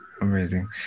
amazing